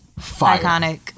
iconic